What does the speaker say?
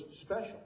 special